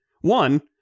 One